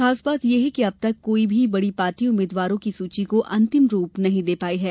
खास बात यह है कि अब तक कोई भी बड़ी पार्टी उम्मीद्वारों की सूची को अंतिम रूप नहीं दे पाई है